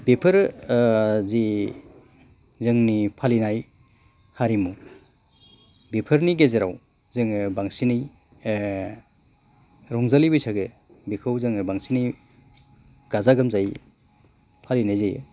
बेफोरो जे जोंनि फालिनाय हारिमु बेफोरनि गेजेराव जोङो बांसिनै रंजालि बैसागो बेखौ जोङो बांसिनै गाजा गोमजायै फालिनाय जायो